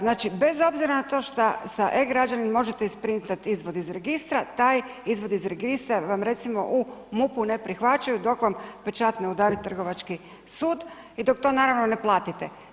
Znači, bez obzira na to što sa e-Građani možete isprintati izvod iz registra, taj izvod iz registra, vam, recimo u MUP-u ne prihvaćaju dok vam pečat ne udari trgovački sud i dok to naravno, ne platite.